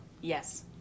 Yes